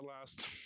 last